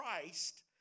Christ